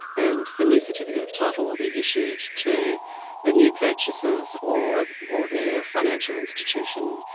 and the new certificate of title will be issued to the new purchasers or or their financial institution.